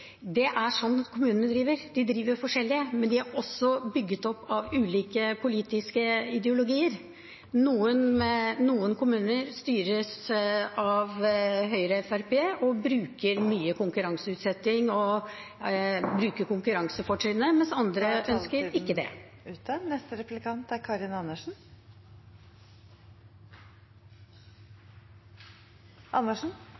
Det er sånn kommunene driver. De driver forskjellig. Men de er også bygget opp av ulike politiske ideologier. Noen kommuner styres av Høyre og Fremskrittspartiet og bruker mye konkurranseutsetting og konkurransefortrinnet, mens andre ikke ønsker det.